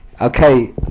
okay